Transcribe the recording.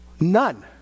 None